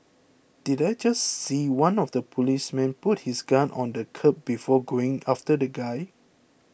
did I just see one of the policemen put his gun on the curb before going after the guy